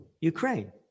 Ukraine